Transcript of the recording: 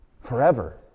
forever